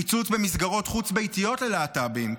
קיצוץ במסגרות חוץ-ביתיות ללהט"בים,